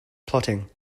plotting